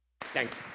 Thanks